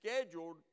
scheduled